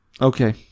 Okay